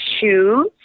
shoes